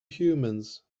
humans